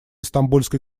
стамбульской